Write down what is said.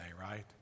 right